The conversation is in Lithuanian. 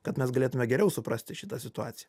kad mes galėtume geriau suprasti šitą situaciją